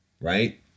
right